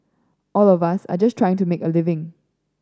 all of us are just trying to make a living